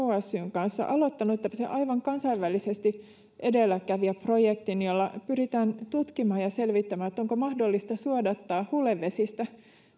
kanssa aloittanut kansainvälisesti aivan edelläkävijäprojektin jolla pyritään tutkimaan ja selvittämään onko mahdollista suodattaa hulevesistä